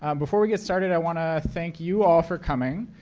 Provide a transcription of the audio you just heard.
um before we get started, i want to thank you all for coming.